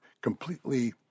completely